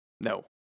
No